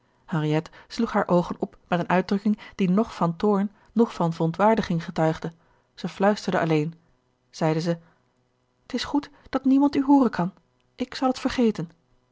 henriette sloeg haar oogen op met eene uitdrukking die noch van toorn noch van verontwaardiging getuigde zij fluisterde alleen zeide ze t is goed dat niemand u hooren kan ik zal t vergeten